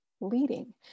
leading